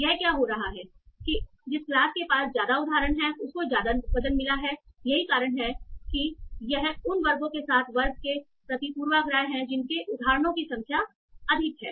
यह क्या हो रहा है कि जिस क्लास के पास ज्यादा उदाहरण है उसको ज्यादा वजन मिला है यही कारण है कि यह उन वर्गों के साथ वर्ग के प्रति पूर्वाग्रह है जिनके उदाहरणों की संख्या अधिक है